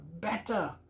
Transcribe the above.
better